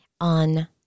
on